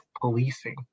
policing